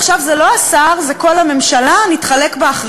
עכשיו זה לא השר, זה כל הממשלה, נתחלק באחריות?